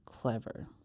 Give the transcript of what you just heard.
Clever